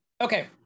okay